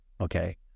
okay